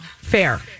fair